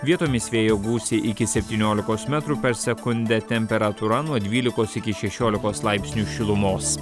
vietomis vėjo gūsiai iki septyniolikos metrų per sekundę temperatūra nuo dvylikos iki šešiolikos laipsnių šilumos